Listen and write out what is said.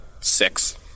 six